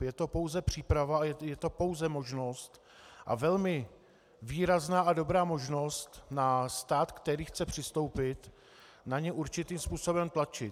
Je to pouze příprava a je to pouze možnost, a velmi výrazná a dobrá možnost na stát, který chce přistoupit, určitým způsobem tlačit.